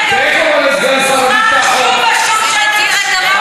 לא נכון, חברת הכנסת, אתה יודע שאתה משקר.